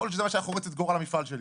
להיות שזה מה שהיה חורץ את גורל המפעל שלי.